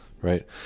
Right